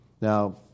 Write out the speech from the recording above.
Now